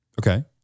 Okay